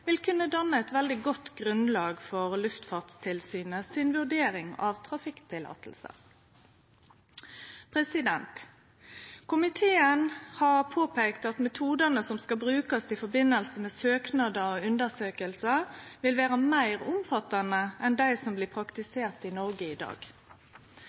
vil kunne danne eit veldig godt grunnlag for den vurderinga Luftfartstilsynet gjer av trafikkløyve. Komiteen har peika på at metodane som skal brukast i forbindelse med søknader og undersøkingar, vil vere meir omfattande enn dei som blir